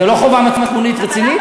זו לא חובה מצפונית רצינית?